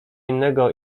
innego